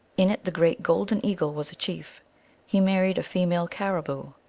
in it the great golden eagle was a chief he married a female caribou.